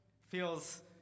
feels